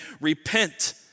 repent